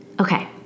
Okay